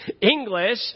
English